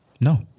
No